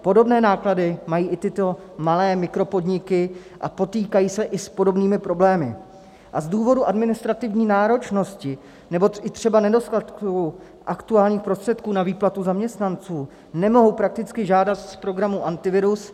Podobné náklady mají i tyto malé mikropodniky a potýkají se i s podobnými problémy a z důvodu administrativní náročnosti, nebo i třeba nedostatku aktuálních prostředků na výplatu zaměstnanců nemohou prakticky žádat z programu Antivirus.